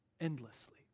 endlessly